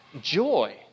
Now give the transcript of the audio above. joy